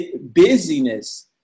busyness